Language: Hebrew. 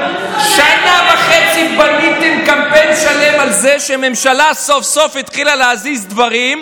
שנה וחצי בניתם קמפיין שלם על זה שממשלה סוף-סוף התחילה להזיז דברים,